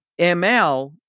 ML